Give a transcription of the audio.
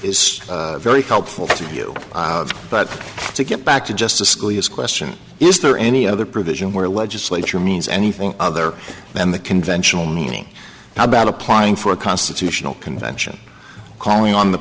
very very helpful to you but to get back to justice scalia's question is there any other provision where legislature means anything other than the conventional meaning how about applying for a constitutional convention calling on the